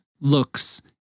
looks